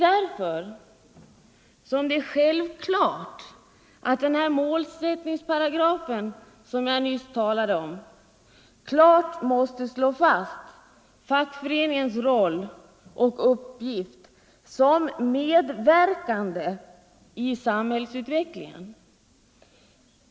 Därför är det självklart att den målsättningsparagraf som jag nyss talade om måste slå fast fackföreningarnas roll och uppgift som medverkande i samhällsutvecklingen.